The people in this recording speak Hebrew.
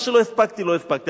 מה שלא הספקתי לא הספקתי.